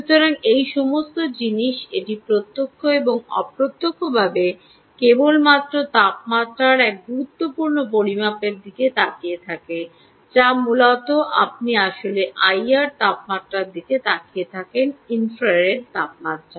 সুতরাং এই সমস্ত জিনিস এটি প্রত্যক্ষ এবং অপ্রত্যক্ষভাবে কেবলমাত্র তাপমাত্রার এক গুরুত্বপূর্ণ পরিমাপের দিকে তাকিয়ে থাকে যা মূলত আপনি আসলে আইআর তাপমাত্রার দিকে তাকিয়ে থাকেন ইনফ্রারেড তাপমাত্রা